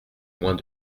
moins